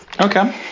Okay